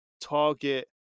target